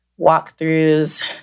walkthroughs